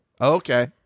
Okay